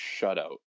shutout